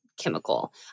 Chemical